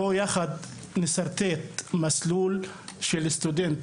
בואו נשרטט מסלול של סטודנט